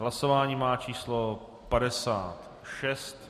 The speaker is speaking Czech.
Hlasování má číslo 56.